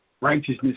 righteousness